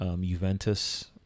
Juventus